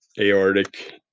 aortic